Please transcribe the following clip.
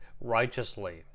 righteously